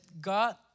God